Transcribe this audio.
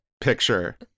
picture